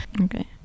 Okay